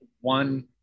one